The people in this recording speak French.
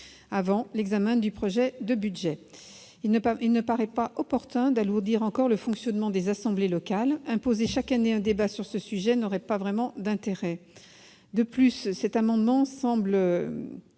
avant l'examen du projet de budget. Il ne paraît pas opportun d'alourdir encore le fonctionnement des assemblées locales. Imposer la tenue chaque année d'un débat sur ce sujet n'aurait pas vraiment d'intérêt. De plus, cet amendement semble